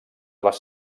les